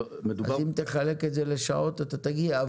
אז אם תחלק את זה לשעות אתה תגיע.